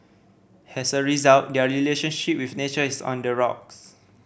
as a result their relationship with nature is on the rocks